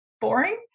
boring